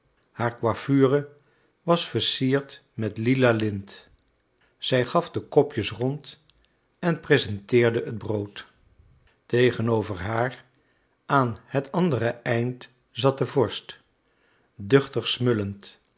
haar coiffure was versierd met lila lint zij gaf de kopjes rond en presenteerde het brood tegenover haar aan het andere eind zat de vorst duchtig smullend